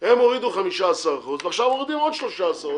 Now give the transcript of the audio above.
הם הורידו 15% ועכשיו מורידים עוד 13%,